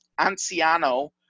Anciano